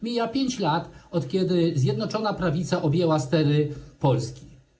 Mija 5 lat, od kiedy Zjednoczona Prawica objęła stery Polski.